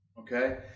okay